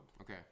Okay